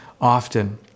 often